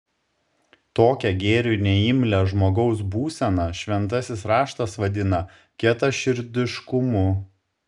tokią gėriui neimlią žmogaus būseną šventasis raštas vadina kietaširdiškumu